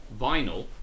vinyl